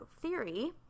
theory